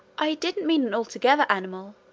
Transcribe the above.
i didn't mean an altogether animal,